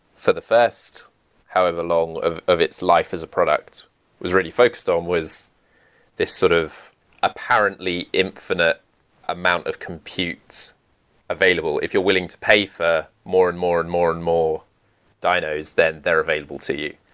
for the first however long of of its life as a product was really focused on was this sort of apparently infinite amount of compute available. if you're willing to pay for more and more and more and more dynos then they're available to you.